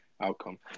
outcome